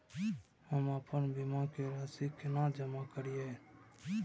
हम आपन बीमा के राशि केना जमा करिए?